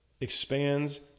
expands